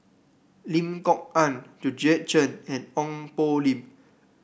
Lim Kok Ann Georgette Chen and Ong Poh Lim